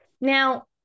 Now